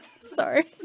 Sorry